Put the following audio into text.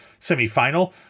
semifinal